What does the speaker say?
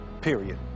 period